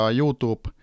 youtube